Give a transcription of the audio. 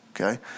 Okay